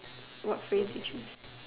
what phrase is it